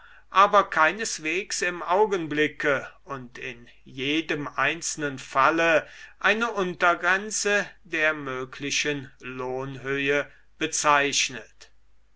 aber keineswegs im augenblicke und in jedem einzelnen falle eine untergrenze der möglichen lohnhöhe bezeichnet